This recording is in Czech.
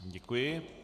Děkuji.